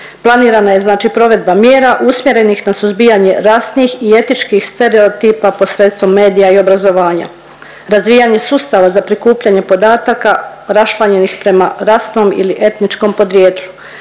planirana je znači provedba mjera usmjerenih na suzbijanje rasnih i etničkih stereotipa posredstvom medija i obrazovanja. Razvijanje sustava za prikupljanje podataka raščlanjenih prema rasnom ili etničkom podrijetlu